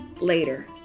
later